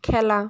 খেলা